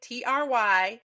try